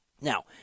Now